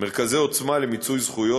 מרכזי עוצמה למיצוי זכויות,